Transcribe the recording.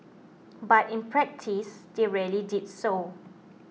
but in practice they rarely did so